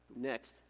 Next